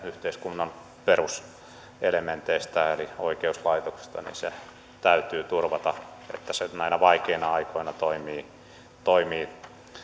yhteiskunnan peruselementistä eli oikeuslaitoksesta täytyy turvata että se näinä vaikeina aikoina toimii